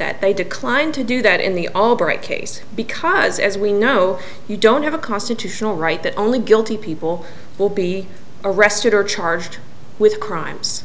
that they declined to do that in the albright case because as we know you don't have a constitutional right that only guilty people will be arrested or charged with crimes